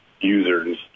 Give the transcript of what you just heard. users